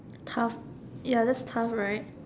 tough ya that's tough right